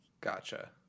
Gotcha